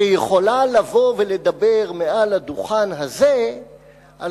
שיכולה לבוא ולדבר מעל הדוכן הזה על